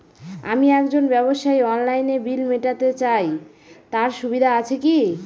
আমি একজন ব্যবসায়ী অনলাইনে বিল মিটাতে চাই তার সুবিধা আছে কি?